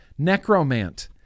Necromant